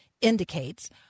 indicates